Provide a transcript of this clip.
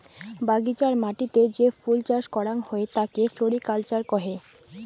বাগিচার মাটিতে যে ফুল চাস করাং হই তাকে ফ্লোরিকালচার কহে